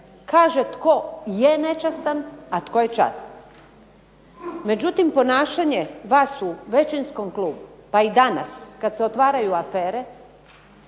kaže tko je nečastan a tko je častan. Međutim, ponašanje vas u većinskom klubu pa i danas kad se otvaraju afere